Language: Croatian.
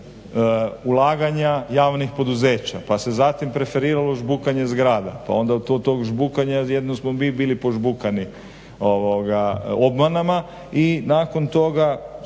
ulaganja javnih poduzeća, pa se zatim preferiralo žbukanje zgrada, pa onda od tog žbukanja jedino smo mi bili požbukani obmanama. I nakon toga